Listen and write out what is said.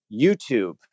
YouTube